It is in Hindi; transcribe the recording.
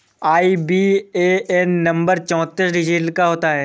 आई.बी.ए.एन नंबर चौतीस डिजिट का होता है